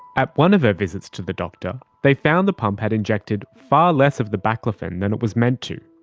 at one of her visits to the doctor, they found the pump had injected far less of the baclofen than it was meant to.